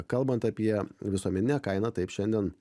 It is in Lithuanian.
kalbant apie visuomeninę kainą taip šiandien